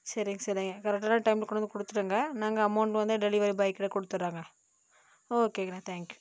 சரிங்க சரிங்க கரெக்டான டைமில் கொண்டு வந்து கொடுத்துருங்க நாங்கள் அமௌண்ட் வந்து டெலிவெரி பாய்க்கிட்ட கொடுத்தறோங்க ஓகேங்கண்ணா தேங்க்யூ